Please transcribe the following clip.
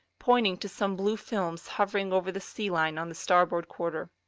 pointing to some blue films hovering over the sea-line on the starboard quarter.